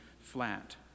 flat